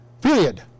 period